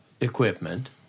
equipment